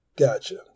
Gotcha